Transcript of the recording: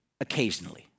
occasionally